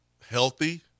healthy